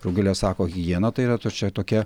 rugilė sako higiena tai yra čia tokia